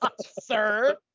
sir